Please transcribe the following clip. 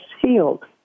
healed